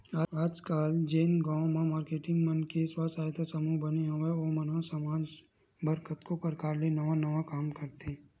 आजकल जेन गांव म मारकेटिंग मन के स्व सहायता समूह बने हवय ओ मन ह समाज बर कतको परकार ले नवा नवा काम करथे